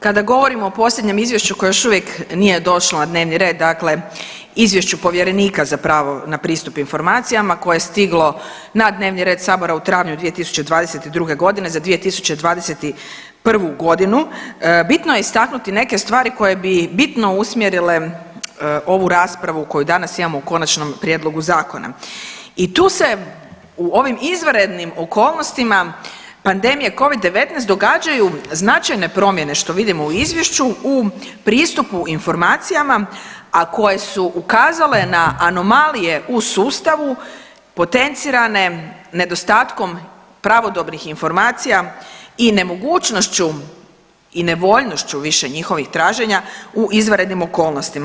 Kada govorimo o posljednjem izvješću koje još uvijek nije došlo na dnevni red, dakle izvješću povjerenika za pravo na pristup informacijama koje je stiglo na dnevni red Sabora u travnju 2022. g. za 2021. g., bitno je istaknuti neke stvari koje bi bitno usmjerile ovu raspravu koju danas imamo o konačnom prijedlogu Zakona i tu se u ovim izvanrednim okolnostima pandemije Covid-19 događaju značajne promjene što vidimo u Izvješću u pristupu informacijama, a koje su ukazale na anomalije u sustavu potencirane nedostatkom pravodobnih informacija i nemogućnošću i nevoljnošću više njihovih traženja u izvanrednim okolnostima.